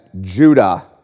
Judah